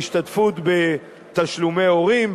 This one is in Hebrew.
בהשתתפות בתשלומי הורים,